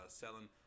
selling